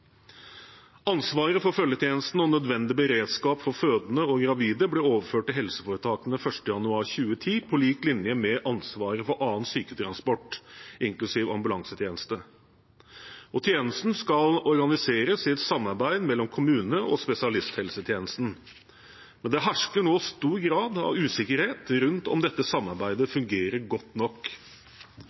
Ansvaret for følgetjenesten og nødvendig beredskap for fødende og gravide ble overført til helseforetakene 1. januar 2010, på lik linje med ansvaret for annen syketransport, inklusiv ambulansetjeneste. Tjenesten skal organiseres i et samarbeid mellom kommunehelsetjenesten og spesialisthelsetjenesten, men det hersker nå stor grad av usikkerhet om dette samarbeidet fungerer godt nok.